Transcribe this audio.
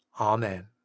amen